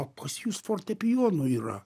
o pas jus fortepijonų yra